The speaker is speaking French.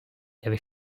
avait